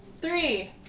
Three